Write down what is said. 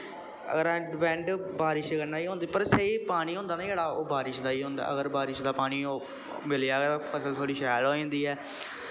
अगर अस डिपैंड बारिश कन्नै गै होंदे पर स्हेई पानी होंदा ना जेह्ड़ा ओह् बारिश दा गै होंदा अगर बारिश दा पानी होग मिली जाह्ग ते फसल थोह्ड़ी शैल होई जंदी ऐ